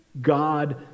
God